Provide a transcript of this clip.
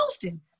Houston